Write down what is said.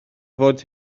fod